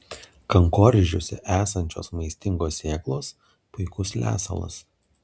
kankorėžiuose esančios maistingos sėklos puikus lesalas